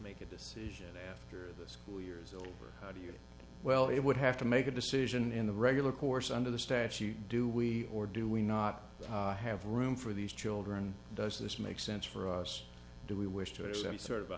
make a decision after the school years old or how do you well it would have to make a decision in the regular course under the statute do we or do we not have room for these children does this make sense for us do we wish to or some sort of a